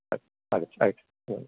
आग आगच्छ आगच्छ